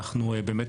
אנחנו באמת,